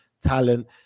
talent